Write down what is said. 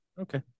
Okay